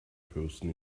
person